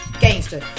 gangster